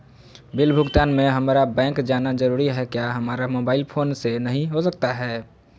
Bill भुगतान में हम्मारा बैंक जाना जरूर है क्या हमारा मोबाइल फोन से नहीं हो सकता है?